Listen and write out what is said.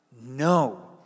No